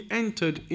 entered